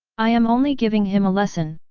i am only giving him a lesson!